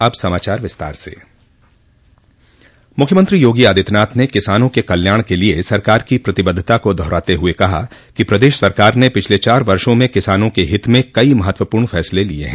अब समाचार विस्तार से मुख्यमंत्री योगी आदित्यनाथ ने किसानों के कल्याण के लिए सरकार की प्रतिबद्धता को दोहराते हुए कहा कि प्रदेश सरकार ने पिछले चार वर्षों में किसानों के हित में कई महत्वपूर्ण फैसले किए हैं